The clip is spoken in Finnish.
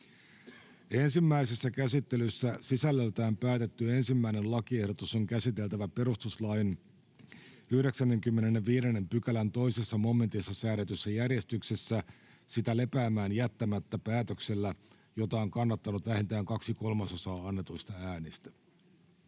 Ensimmäisessä käsittelyssä sisällöltään päätetty 1. lakiehdotus on käsiteltävä perustuslain 95 §:n 2 momentissa säädetyssä järjestyksessä sitä lepäämään jättämättä päätöksellä, jota on kannattanut vähintään kaksi kolmasosaa annetuista äänistä.